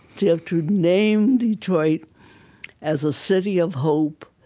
to have to name detroit as a city of hope,